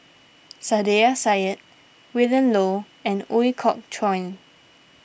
Saiedah Said Willin Low and Ooi Kok Chuen